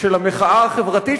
של המחאה החברתית,